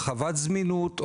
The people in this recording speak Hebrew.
הרחבת זמינות,